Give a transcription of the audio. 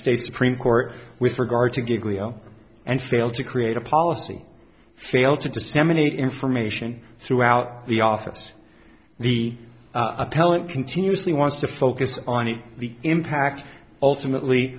states supreme court with regard to get leo and fail to create a policy fail to disseminate information throughout the office the appellant continuously wants to focus on the impact ultimately